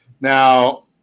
Now